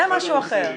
זה משהו אחר.